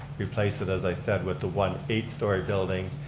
replace it, as i said, with the one eight-story building,